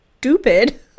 stupid